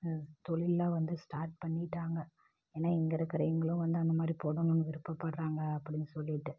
தொழில்லாம் வந்து ஸ்டார்ட் பண்ணிட்டாங்கல் ஏன்னா இங்கே இருக்கிற இவங்களும் வந்து அந்தமாதிரி போடணும் விருப்பப்படுறாங்க அப்படினு சொல்லிட்டு